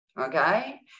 okay